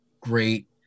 great